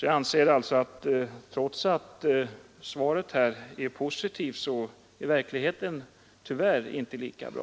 Jag anser alltså att trots försvarsministerns positiva svar är verkligheten tyvärr inte så bra.